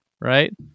right